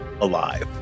alive